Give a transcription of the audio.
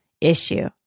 issue